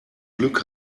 glück